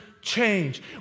change